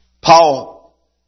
Paul